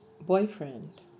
Boyfriend